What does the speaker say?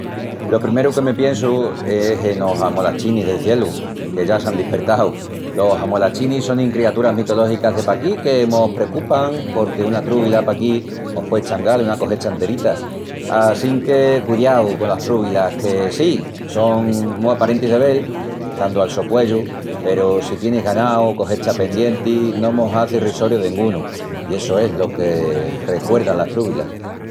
Lo primeru que me piensu es enos amolachinis del cielu, que ya s'án dispertau. Los amolachinis sonin criaturas mitológicas de paquí que mos precupan porque una trúbila paquí mos puei eschangal una cojecha enterita. Assinque cudiau colas trúbilas que, sí, son mu aparentis de vel, estandu al socuellu peru si tienis ganau o cojecha pendienti no mos hazi risoriu dengunu, i essu es lo que recuerdan las trúbilas.